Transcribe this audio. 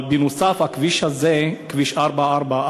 אבל בנוסף, הכביש הזה, כביש 444,